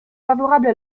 favorables